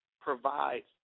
provides